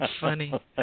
funny